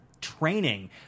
training